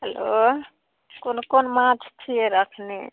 hello कोन कोन माँछ छिए रखने